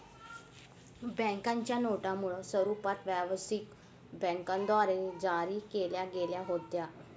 बँकेच्या नोटा मूळ स्वरूपात व्यवसायिक बँकांद्वारे जारी केल्या गेल्या होत्या